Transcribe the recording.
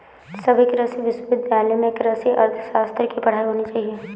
सभी कृषि विश्वविद्यालय में कृषि अर्थशास्त्र की पढ़ाई होनी चाहिए